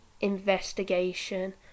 investigation